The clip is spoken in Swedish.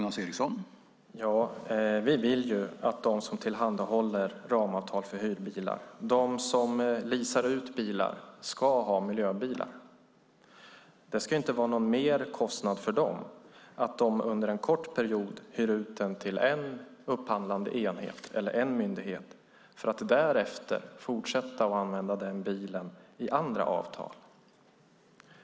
Herr talman! Vi vill att de som tillhandahåller ramavtal för hyrbilar, de som leasar ut bilar, ska ha miljöbilar. Det ska inte vara en merkostnad för dem om de under en kort period hyr ut till en upphandlande enhet eller en myndighet för att därefter fortsätta att använda bilen i andra avtal.